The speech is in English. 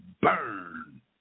burn